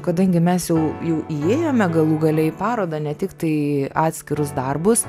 kadangi mes jau jau įėjome galų gale į parodą ne tiktai atskirus darbus